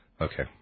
Okay